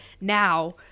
now